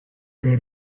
their